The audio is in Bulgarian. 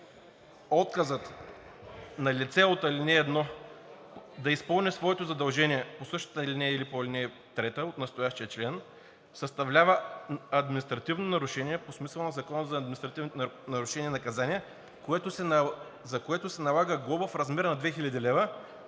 Отказът на лице от ал. 1 да изпълни своето задължение по същата алинея или по ал. 3 от настоящия член съставлява административно нарушение по смисъла на Закона за административните нарушения и наказания, за което се налага глоба в размер на 2000 лв.